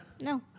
No